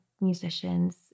musicians